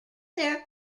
their